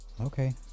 Okay